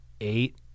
eight